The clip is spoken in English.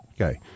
Okay